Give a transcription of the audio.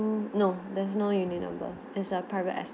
~(mm) no there's no unit number it's a private es~